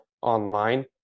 online